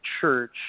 church